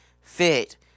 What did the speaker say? fit